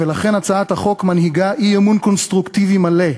ולכן הצעת החוק מנהיגה אי-אמון קונסטרוקטיבי מלא,